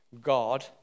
God